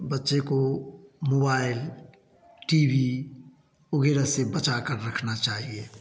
बच्चे को mobile TV वगेरह से बचा कर रखना चाहिए